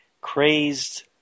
crazed